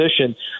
position